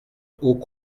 haut